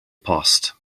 post